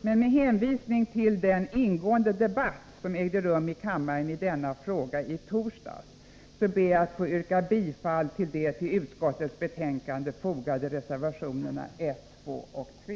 Med hänvisning till den ingående debatt som ägde rum i kammaren i denna fråga i torsdags ber jag att få yrka bifall till de till utskottets betänkande fogade reservationerna 1, 2 och 3.